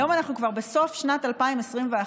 היום אנחנו כבר בסוף שנת 2021,